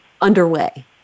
underway